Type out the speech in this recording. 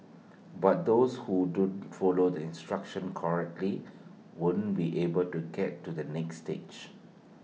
but those who don't follow the instructions correctly won't be able to get to the next stage